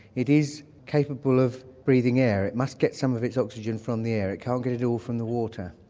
it is capable of breathing air. it must get some of its oxygen from the air, it can't get it all from the water.